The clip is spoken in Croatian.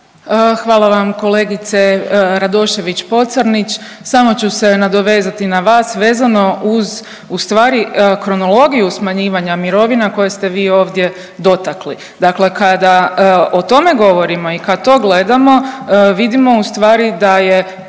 Hvala vam kolegice Radošević Pocrnić. Samo ću se nadovezati na vas, vezano uz ustvari kronologiju smanjivanja mirovina koje ste vi ovdje dotakli. Dakle kada o tome govorimo i kad to gledamo, vidimo ustvari da je